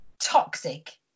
toxic